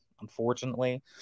unfortunately